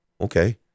okay